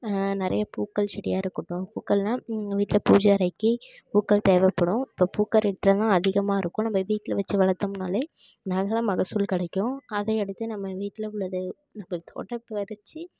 நிறையா பூக்கள் செடியாகருக்கட்டும் பூக்கள்ன்னா வீட்டில் பூஜை அறைக்கு பூக்கள் தேவைப்படும் இப்போ பூக்காரிக்கிட்டலாம் அதிகமாகருக்கும் நம்ம வீட்டில் வச்சு வளர்த்தோம்னாலே நல்ல மகசூல் கிடைக்கும் அதை எடுத்து நம்ம வீட்டில் உள்ளது நம்ப தோட்ட பறித்து